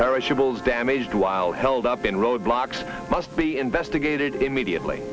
perishables damaged while held up in roadblocks must be investigated immediately